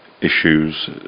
Issues